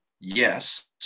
Yes